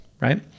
right